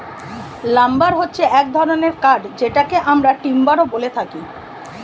lumber হচ্ছে এক ধরনের কাঠ যেটাকে আমরা টিম্বারও বলে থাকি